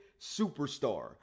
superstar